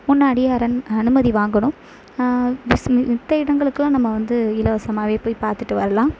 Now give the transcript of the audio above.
முன்னாடியே அரண் அனுமதி வாங்கணும் மத்த இடங்களுக்குலாம் நம்ப வந்து இலவசமாகவே போய் பார்த்துட்டு வர்லாம்